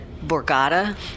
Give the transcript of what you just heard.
borgata